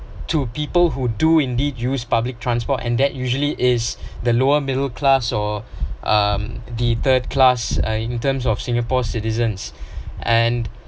to people who do indeed use public transport and that usually is the lower middle class or um the third class in terms of singapore citizens and